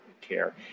care